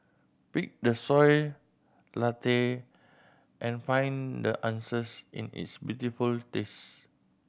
pick the Soy Latte and find the answers in its beautiful taste